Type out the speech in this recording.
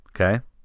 Okay